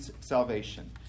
salvation